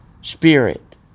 spirit